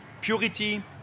purity